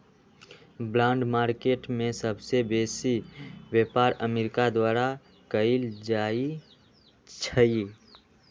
bond market में सबसे बेसी व्यापार अमेरिका द्वारा कएल जाइ छइ